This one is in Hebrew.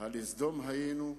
לסדום היינו,